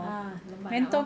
ah lembab nak